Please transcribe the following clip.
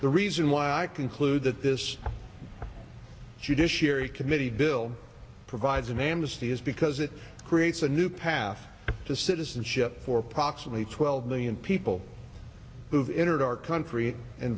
the reason why i conclude that this judiciary committee bill provides an amnesty is because it creates a new path to citizenship for proximately twelve million people who've entered our country